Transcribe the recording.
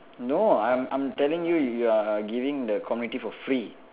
no I'm I'm telling you you are giving the community for free